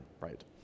right